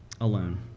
alone